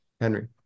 Henry